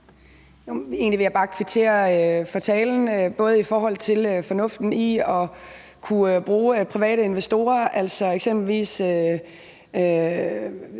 egentlig bare kvittere for talen i forhold til fornuften i at kunne bruge private investorer, eksempelvis